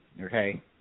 Okay